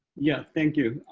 yeah, thank you.